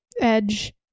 edge